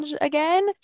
again